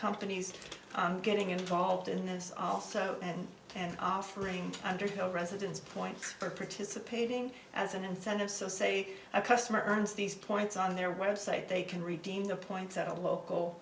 companies getting involved in this also offering underhill residence points for participating as an incentive so say a customer earns these points on their website they can redeem the points at a local